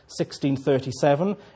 1637